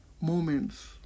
moments